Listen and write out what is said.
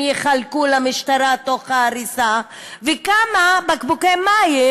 יחלקו למשטרה תוך ההריסה וכמה בקבוקי מים,